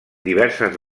diverses